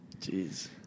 Jeez